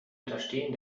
unterstehen